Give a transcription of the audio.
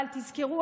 אבל תזכרו,